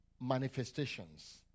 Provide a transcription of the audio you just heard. manifestations